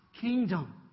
kingdom